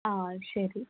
ആ ശരി